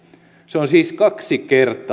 se on siis kaksi kertaa äänekosken